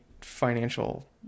financial